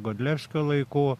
godlevskio laikų